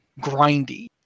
grindy